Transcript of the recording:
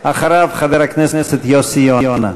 אחריו, חבר הכנסת יוסי יונה.